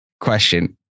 question